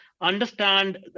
understand